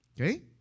Okay